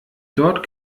dort